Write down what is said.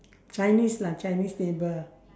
chinese lah chinese neighbour